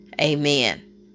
Amen